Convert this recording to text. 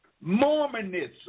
Mormonism